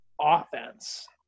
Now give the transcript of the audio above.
offense